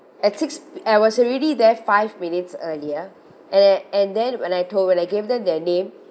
at six I was already there five minutes earlier and and then when I told when I gave them the name